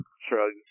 shrugs